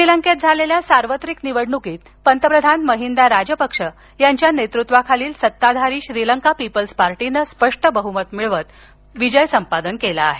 श्रीलंकेत स्झालेल्या सार्वत्रिक निवडणुकीत पंतप्रधान महिंदा राजपक्ष यांच्या नेतृत्वाखालील सत्ताधारी श्रीलंका पीपल्स पार्टीनं स्पष्ट बहुमत मिळवत विजय संपादन केला आहे